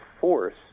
force